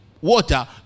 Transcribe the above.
water